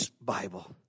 Bible